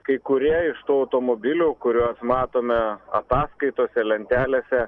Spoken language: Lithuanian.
kai kurie iš tų automobilių kuriuos matome ataskaitose lentelėse